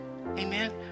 Amen